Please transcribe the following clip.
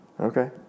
Okay